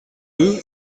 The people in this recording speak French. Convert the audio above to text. deux